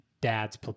dad's